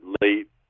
late